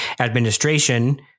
Administration